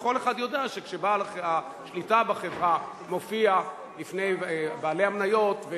וכל אחד יודע שכשבעל השליטה בחברה מופיע לפני בעלי המניות,